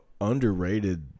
underrated